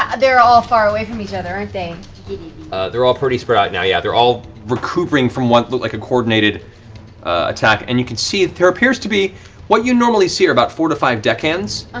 ah they're all far away from each other, aren't they? matt they're all pretty spread out now, yeah. they're all recouping from what looked like a coordinated attack, and you can see, there appears to be what you normally see are about four to five deckhands.